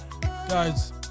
Guys